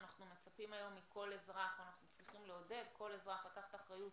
שאנחנו מצפים היום מכל אזרח או אנחנו צריכים לעודד כל אזרח לקחת אחריות